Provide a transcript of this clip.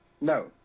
No